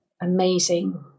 amazing